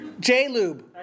J-Lube